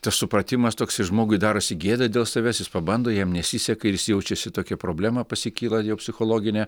tas supratimas toks žmogui darosi gėda dėl savęs jis pabando jam nesiseka ir jis jaučiasi tokia problema pas jį kyla jau psichologinė